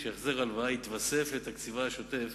כשהחזר ההלוואה יתווסף על תקציבה השוטף